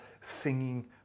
singing